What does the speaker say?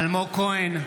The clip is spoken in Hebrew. אלמוג כהן,